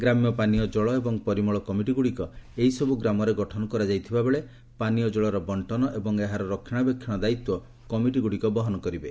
ଗ୍ରାମ୍ୟ ପାନୀୟ ଜଳ ଏବଂ ପରିମଳ କମିଟିଗୁଡ଼ିକ ଏହିସବୁ ଗ୍ରାମରେ ଗଠନ କରାଯାଇଥିବାବେଳେ ପାନୀୟ ଜଳର ବଙ୍କନ ଏବଂ ଏହାର ରକ୍ଷଣାବେକ୍ଷଣ ଦାୟିତ୍ୱ କମିଟିଗ୍ରଡ଼ିକ ବହନ କରିବେ